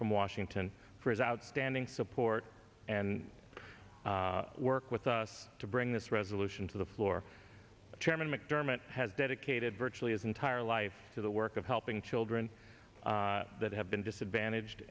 from washington for his outstanding support and work with us to bring this resolution to the floor the chairman mcdermott has dedicated virtually his entire life to the work of helping children that have been disadvantaged